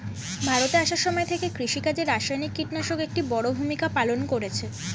ভারতে আসার সময় থেকে কৃষিকাজে রাসায়নিক কিটনাশক একটি বড়ো ভূমিকা পালন করেছে